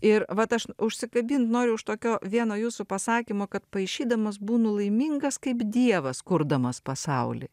ir vat aš užsikabint nori už tokio vieno jūsų pasakymo kad paišydamas būnu laimingas kaip dievas kurdamas pasaulį